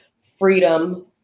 freedom